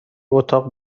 اتاق